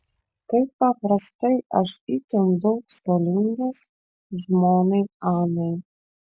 kaip paprastai aš itin daug skolingas žmonai anai